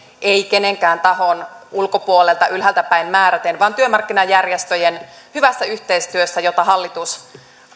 ei kenenkään tahon ulkopuolelta ylhäältäpäin määräten vaan työmarkkinajärjestöjen hyvässä yhteistyössä jota hallitus